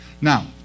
Now